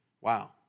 Wow